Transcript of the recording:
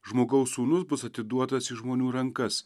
žmogaus sūnus bus atiduotas į žmonių rankas